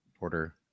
order